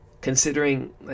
considering